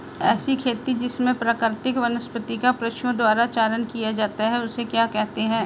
ऐसी खेती जिसमें प्राकृतिक वनस्पति का पशुओं द्वारा चारण किया जाता है उसे क्या कहते हैं?